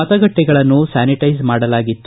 ಮತಗಟ್ಟಿಗಳನ್ನು sanitise ಮಾಡಲಾಗಿತ್ತು